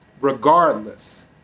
regardless